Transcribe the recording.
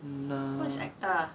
na~